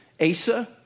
Asa